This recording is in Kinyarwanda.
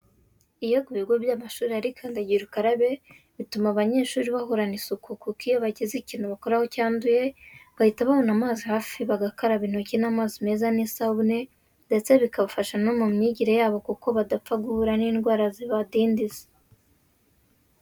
Iyo ku bigo by'amashuri hari kandagira ukarabe bituma abanyeshuri bahorana isuku kuko iyo bagize ikintu bakoraho cyanduye, bahita babona amazi hafi bagakaraba intoki n'amazi meza n'isabune ndetse bikabafasha no mu myigire yabo kuko batapfa guhura n'indwara zibadindiza.